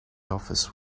office